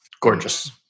gorgeous